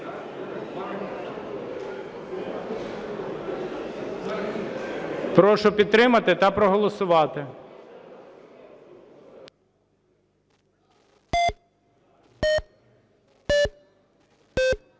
Прошу підтримати та проголосувати.